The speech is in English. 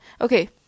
Okay